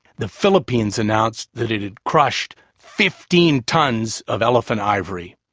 the philippines announced that it had crushed fifteen tons of elephant ivory.